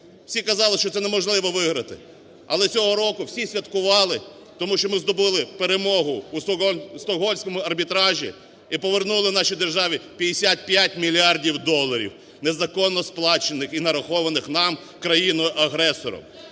Всі казали, що неможливо виграти. Але цього року всі святкували, тому що ми здобули перемогу у Стокгольмському арбітражі і повернули нашій державі 55 мільярдів доларів незаконно сплачених і нарахованих нам країною-агресором.